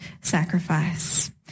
sacrifice